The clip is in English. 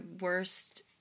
worst